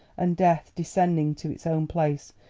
and death, descending to his own place,